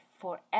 forever